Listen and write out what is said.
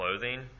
clothing